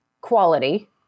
quality